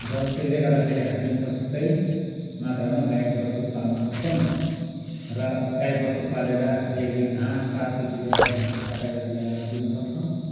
र त्यसले गर्दाखेरि हामी प्रशस्तै मात्रामा गाई बस्तु पाल्न सक्छौँ र गाई बस्तु पालेर हरियाली घाँसपातदेखि लिएर घाँसहरू काटेर ल्याएर दिन सक्छौँ